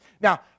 Now